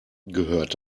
gehört